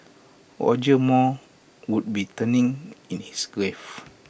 Roger Moore would be turning in his grave